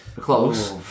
Close